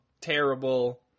Terrible